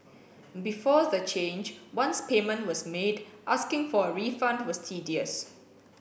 before the change once payment was made asking for a refund was tedious